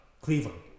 Cleveland